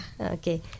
Okay